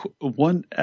one